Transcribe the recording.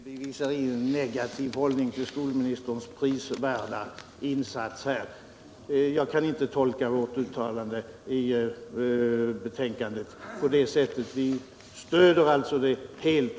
Herr talman! Nej, Lena Hjelm-Wallén, vi visar inte någon negativ hållning till skolministerns prisvärda insats. Jag tycker inte att vårt uttalande i betänkandet kan tolkas på det sättet. Utskottsmajoriteten stöder regeringen helt.